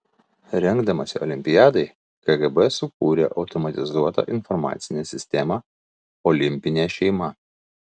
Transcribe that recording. rengdamasi olimpiadai kgb sukūrė automatizuotą informacinę sistemą olimpinė šeima